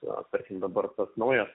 na tarkim dabar tas naujas